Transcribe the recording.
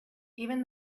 even